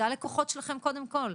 זה הלקוחות שלכם קודם כול.